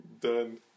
Done